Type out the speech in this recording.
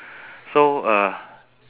so uh